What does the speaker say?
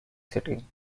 city